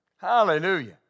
Hallelujah